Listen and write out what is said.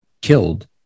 killed